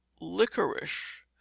Licorice